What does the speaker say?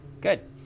good